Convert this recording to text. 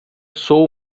sou